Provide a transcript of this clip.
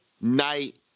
night